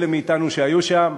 אלה מאתנו שהיו שם,